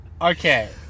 Okay